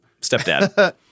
Stepdad